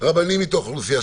רבנים מתוך האוכלוסייה,